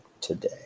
today